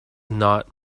not